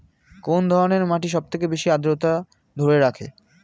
কোন ধরনের মাটি সবথেকে বেশি আদ্রতা ধরে রাখে?